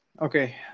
Okay